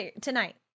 tonight